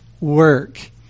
work